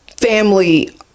family